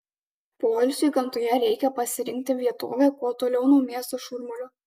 poilsiui gamtoje reikia pasirinkti vietovę kuo toliau nuo miesto šurmulio